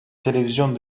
televizyon